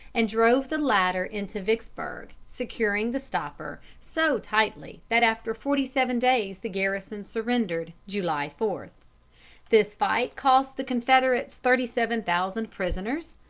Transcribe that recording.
and drove the latter into vicksburg, securing the stopper so tightly that after forty-seven days the garrison surrendered, july four this fight cost the confederates thirty-seven thousand prisoners,